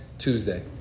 Tuesday